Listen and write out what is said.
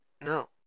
No